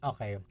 Okay